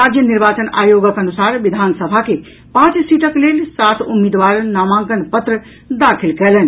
राज्य निर्वाचन आयोगक अनुसार विधानसभा के पांच सीटक लेल सात उम्मीदवार नामांकन पत्र दाखिल कयलनि